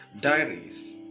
diaries